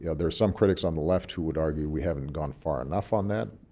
yeah there are some critics on the left who would argue we haven't gone far enough on that.